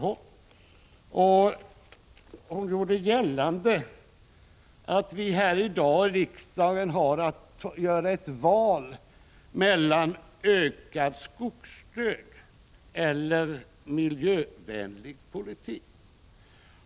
Hon gjorde gällande att vi i dag i riksdagen har att träffa ett val mellan ökad skogsdöd och miljövänlig politik.